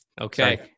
Okay